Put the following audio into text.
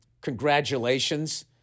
Congratulations